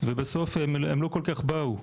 ובסוף הם לא כול כך באו.